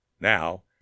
Now